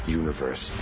universe